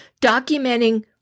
Documenting